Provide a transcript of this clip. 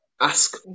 ask